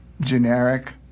generic